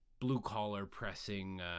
blue-collar-pressing